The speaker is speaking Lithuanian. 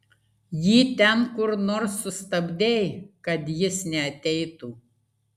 jį ten kur nors sustabdei kad jis neateitų